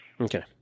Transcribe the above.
Okay